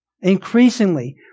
Increasingly